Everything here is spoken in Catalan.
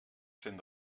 cent